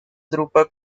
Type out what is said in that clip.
drupa